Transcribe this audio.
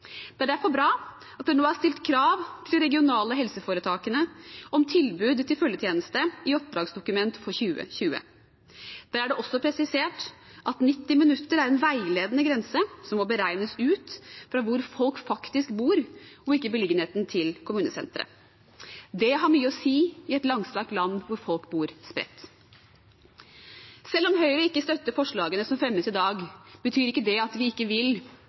Det er derfor bra at det nå er stilt krav til de regionale helseforetakene om tilbud om følgetjeneste i oppdragsdokumentet for 2020. Der er det også presisert at 90 minutter er en veiledende grense som må beregnes ut fra hvor folk faktisk bor, og ikke ut fra beliggenheten til kommunesenteret. Det har mye å si i et langstrakt land hvor folk bor spredt. Selv om Høyre ikke støtter forslagene som fremmes i dag, betyr ikke det at vi ikke vil at fødselsomsorgen skal bli enda bedre. Vi vil